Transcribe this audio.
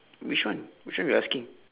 which one which one you asking